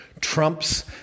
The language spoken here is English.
trumps